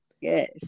Yes